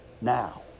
now